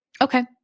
Okay